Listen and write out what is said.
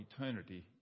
eternity